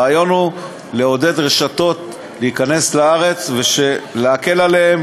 הרעיון הוא לעודד רשתות להיכנס לארץ ולהקל עליהן